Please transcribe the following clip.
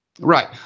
Right